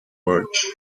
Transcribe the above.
much